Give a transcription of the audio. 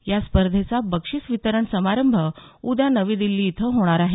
या स्पर्धेचा बक्षीस वितरण समारंभ उद्या नवी दिल्ली इथं होणार आहे